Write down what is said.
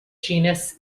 genus